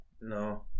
No